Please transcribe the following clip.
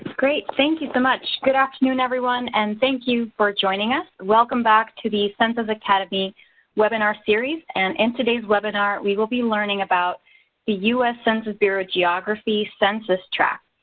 great, thank you so much. good afternoon everyone and thank you for joining us. welcome back to the census academy webinar series and in today's webinar we will be learning about the us census bureau geography census tracts.